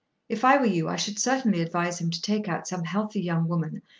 if i were you i should certainly advise him to take out some healthy young woman,